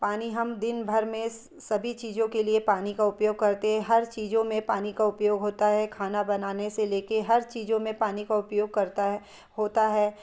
पानी हम दिन भर में सभी चीज़ों के लिए पानी का उपयोग करते हैं हर चीज़ों में पानी का उपयोग होता है खाना बनाने से लेके हर चीज़ों में पानी का उपयोग करता है होता है